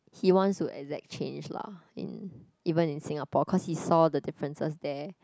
he wants to exact change lah in even in Singapore cause he saw the differences there